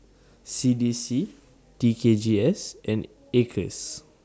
C D C T K G S and Acres